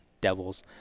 Devils